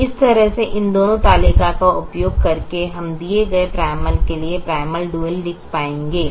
तो इस तरह से इन दोनों तालिकाओं का उपयोग करके हम किसी दिए गए प्राइमल के लिए प्राइमल डुअल लिख पाएंगे